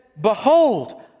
Behold